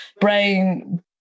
brain